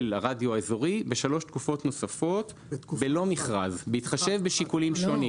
הרדיו האזורי בשלוש תקופות נוספות בלא מכרז בהתחשב שיקולים שונים.